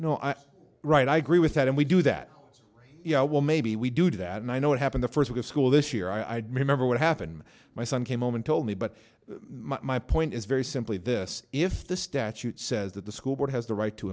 no i right i agree with that and we do that yeah well maybe we do that and i know what happened the first week of school this year i'd member what happened my son came home and told me but my point is very simply this if the statute says that the school board has the right to